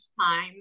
time